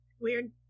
Weird